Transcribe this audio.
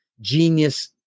genius